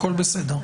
הכול בסדר.